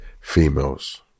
females